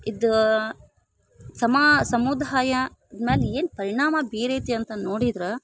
ಇದ ಸಮಾ ಸಮುದಾಯ ಮ್ಯಾಲ ಏನು ಪರಿಣಾಮ ಬೀರೈತಿ ಅಂತ ನೋಡಿದ್ರ